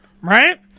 right